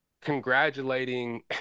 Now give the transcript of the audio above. congratulating